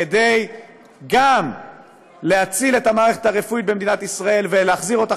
כדי גם להציל את המערכת הרפואית במדינת ישראל ולהחזיר אותה